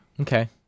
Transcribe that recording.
Okay